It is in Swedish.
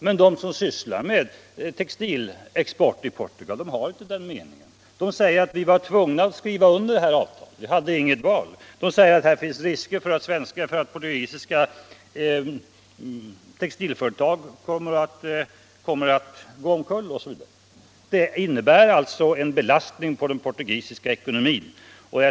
Men de som sysslar med textilexport i Portugal har inte den meningen. De säger att ”vi var tvungna att skriva under det här avtalet. Vi hade inget val.” De säger att här finns risker för att portugisiska textilföretag kommer att gå omkull osv. Det innebär alltså en belastning på den portugisiska ekonomin.